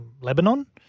Lebanon